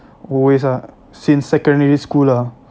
always ah since secondary school ah